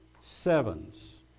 sevens